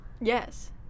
Yes